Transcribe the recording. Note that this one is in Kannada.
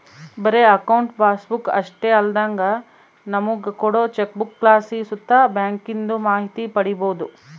ಬರೇ ಅಕೌಂಟ್ ಪಾಸ್ಬುಕ್ ಅಷ್ಟೇ ಅಲ್ದಂಗ ನಮುಗ ಕೋಡೋ ಚೆಕ್ಬುಕ್ಲಾಸಿ ಸುತ ಬ್ಯಾಂಕಿಂದು ಮಾಹಿತಿ ಪಡೀಬೋದು